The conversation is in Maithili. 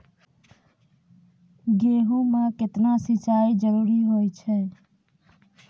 गेहूँ म केतना सिंचाई जरूरी होय छै?